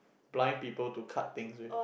blind people to cut things with